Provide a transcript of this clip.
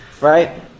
Right